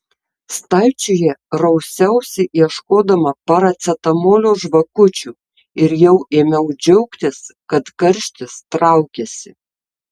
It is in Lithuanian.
stalčiuje rausiausi ieškodama paracetamolio žvakučių ir jau ėmiau džiaugtis kad karštis traukiasi